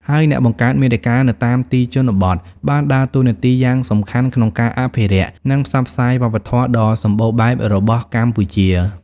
ហើយអ្នកបង្កើតមាតិកានៅតាមទីជនបទបានដើរតួនាទីយ៉ាងសំខាន់ក្នុងការ អភិរក្ស និងផ្សព្វផ្សាយវប្បធម៌ ដ៏សម្បូរបែបរបស់កម្ពុជា។